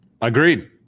Agreed